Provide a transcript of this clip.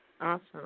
Awesome